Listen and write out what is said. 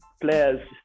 players